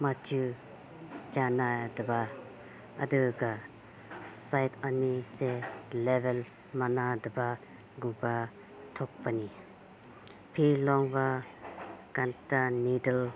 ꯃꯆꯨ ꯆꯥꯟꯅꯗꯕ ꯑꯗꯨꯒ ꯁꯦꯠ ꯑꯅꯤꯁꯦ ꯂꯦꯕꯦꯜ ꯃꯥꯟꯅꯗꯕꯒꯨꯝꯕ ꯊꯣꯛꯄꯅꯤ ꯐꯤ ꯂꯣꯟꯕꯀꯥꯟꯗ ꯅꯤꯗꯜ